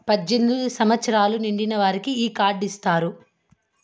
పద్దెనిమిది సంవచ్చరాలు నిండినోళ్ళకి ఈ కార్డు ఇత్తారు